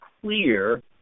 clear